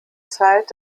zeit